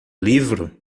livro